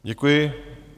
Děkuji.